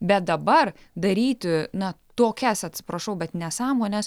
bet dabar daryti na tokias atsiprašau bet nesąmones